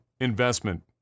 investment